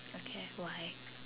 okay why